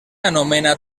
anomena